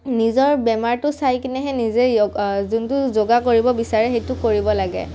নিজৰ বেমাৰটো চাই কিনেহে নিজে য়োগা যোনটো যোগা কৰিব বিচাৰে সেইটো কৰিব লাগে